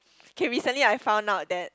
okay recently I found out that